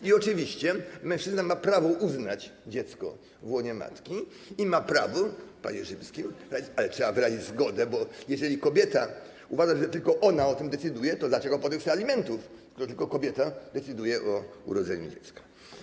I oczywiście mężczyzna ma prawo uznać dziecko w łonie matki i ma prawo... - w prawie rzymskim - ale trzeba wyrazić zgodę, bo jeżeli kobieta uważa, że tylko ona o tym decyduje, to dlaczego potem chce alimentów - dlaczego, skoro tylko kobieta decyduje o urodzeniu dziecka?